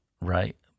right